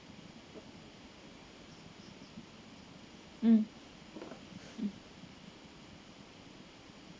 um